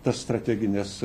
tas strategines